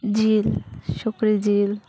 ᱡᱤᱞ ᱥᱩᱠᱨᱤ ᱡᱤᱞ